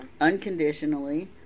unconditionally